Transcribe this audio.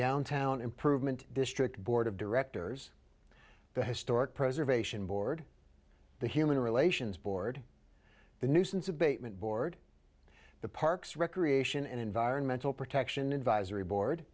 downtown improvement district board of directors the historic preservation board the human relations board the nuisance abatement board the parks recreation and environmental protection advisory board